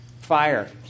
fire